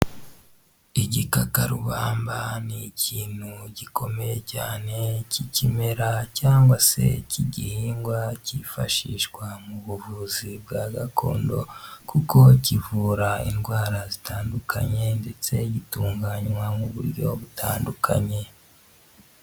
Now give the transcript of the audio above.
Igikakarubamba ni ikintu gikomeye cyane cy'ikimera cyangwa se cy'igihingwa cyifashishwa mu buvuzi bwa gakondo kuko kivura indwara zitandukanye ndetse gitunganywa mu buryo butandukanye.